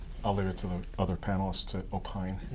other and sort of other panelists to opine.